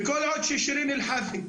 וכל עוד ששירין נטור חאסי,